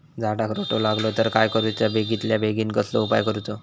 झाडाक रोटो लागलो तर काय करुचा बेगितल्या बेगीन कसलो उपाय करूचो?